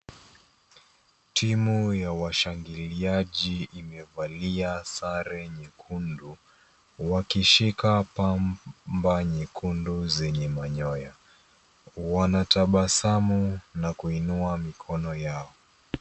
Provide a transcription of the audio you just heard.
Timu ya washangiliaji imevalia sare nyekundu, wakishika pamba nyekundu zenye manyoya. Wanatabasamu na kuinua mikono yao.